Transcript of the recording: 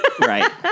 Right